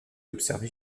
observer